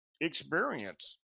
experience